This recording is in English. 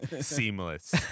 Seamless